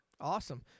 Awesome